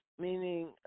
meaning